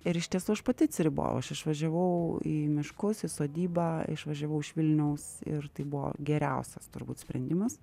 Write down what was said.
ir iš tiesų aš pati atsiribojau aš išvažiavau į miškus į sodybą išvažiavau iš vilniaus ir tai buvo geriausias turbūt sprendimas